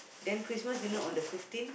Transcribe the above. then Christmas dinner on the fifteen